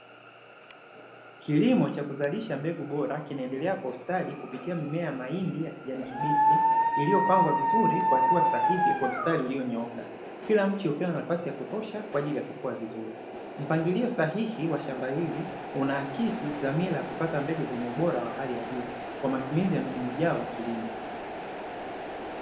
Kilimo cha kuzalisha mbegu bora kinaendelea kwa ustadi kupitia mimea ya mahindi ya kijani kibichi, iliyopangwa vizuri kwa hatua sahihi kwa mstari ulionyooka, kila mche ukiwa na nafasi ya kutosha kwa ajili ya kukua vizuri. Mpangilio sahihi wa shamba hili unaakisi dhamira ya kupata mbegu zenye ubora wa hali ya juu, kwa matumizi ya msimu ujao wa kilimo.